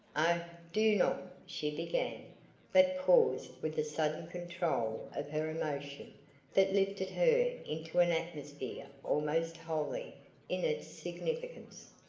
o do not, she began but paused with a sudden control of her emotion that lifted her into an atmosphere almost holy in its significance.